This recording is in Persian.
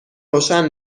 روشن